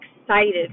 excited